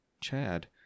Chad